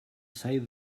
say